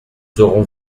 serons